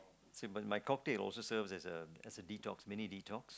same my cocktail also serves as a detox mini detox